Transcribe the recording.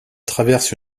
traverse